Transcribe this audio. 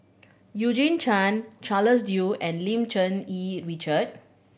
Eugene Chen Charles Dyce and Lim Cherng Yih Richard